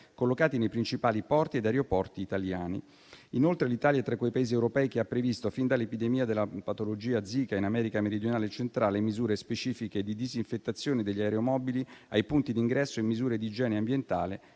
collocati nei principali porti ed aeroporti italiani. Inoltre, l'Italia è tra i Paesi europei che hanno previsto, fin dall'epidemia della patologia zika in America meridionale e centrale, misure specifiche di disinfettazione degli aeromobili ai punti di ingresso e misure di igiene ambientale